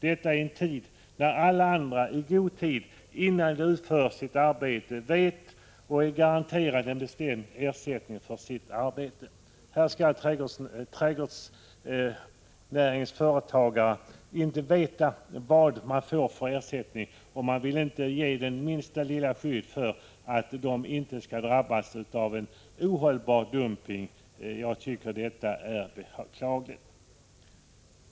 I en tid när alla andra i god tid innan de utför ett arbete är garanterade en bestämd ersättning för sitt arbete, skall trädgårdsnäringens företagare inte få veta vilken ersättning de får, och man vill inte ge dem det minsta lilla skydd mot att drabbas av en ohållbar dumpning. Jag tycker detta är beklagligt.